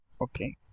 Okay